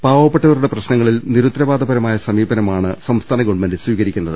പാവപ്പെട്ടവരുടെ പ്രശ്നങ്ങളിൽ നിരുത്തരവാദപരമായ സമീപനമാണ് ഗവൺമെന്റ് സ്വീകരിക്കുന്നത്